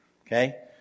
Okay